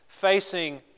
facing